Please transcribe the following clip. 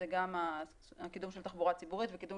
זה גם הקידום של התחבורה הציבורית וקידום